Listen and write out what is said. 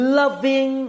loving